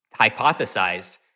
hypothesized